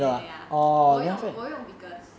ya ya ya 我用我用 nicholas